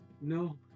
no